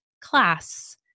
class